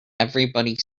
everybody